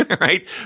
right